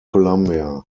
columbia